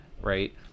right